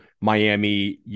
Miami